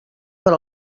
per